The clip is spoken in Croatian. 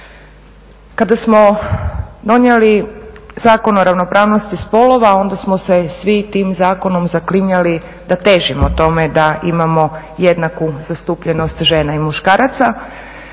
Kada smo donijeli Zakon o ravnopravnosti spolova onda smo se svi tim zakonom zaklinjali da težimo tome da imamo jednaku zastupljenost žena i muškaraca,